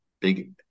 big